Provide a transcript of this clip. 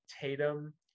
Tatum